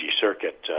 Circuit